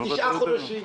9 חודשים.